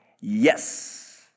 Yes